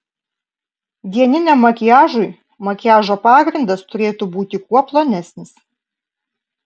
dieniniam makiažui makiažo pagrindas turėtų būti kuo plonesnis